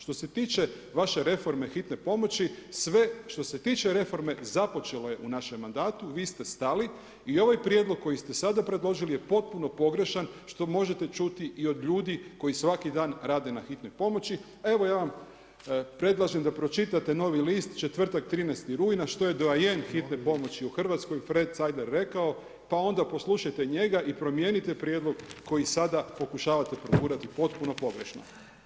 Što se tiče vaše reforme Hitne pomoći sve što se tiče reforme započelo je u našem mandatu, vi ste stali i ovaj prijedlog koji ste sada predložili je potpuno pogrešan, što možete čuti i od ljudi koji svaki dan rade na Hitnoj pomoći, a evo ja vam predlažem da pročitate Novi list, četvrtak 13. rujna, što je doajen Hitne pomoći u Hrvatskoj Fred Sajder rekao pa onda poslušajete njega i promijenite prijedlog koji sada pokušavate progurati potpuno pogrešno.